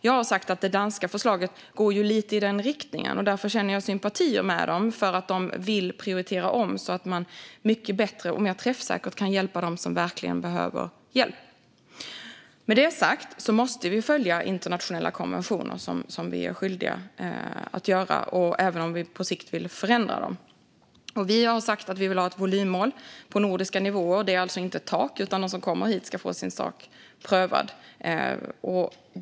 Jag har sagt att det danska förslaget går lite i den riktningen, och därför känner jag sympati med danskarna. De vill prioritera om så att man bättre och mer träffsäkert kan hjälpa dem som verkligen behöver hjälp. Med det sagt måste vi följa de internationella konventioner vi är skyldiga att följa, även om vi på sikt vill förändra dem. Vi har sagt att vi vill ha ett volymmål på nordiska nivåer, och det handlar alltså inte om ett tak. De som kommer hit ska få sin sak prövad.